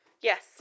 Yes